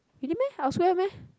you didn't meet him elsewhere meh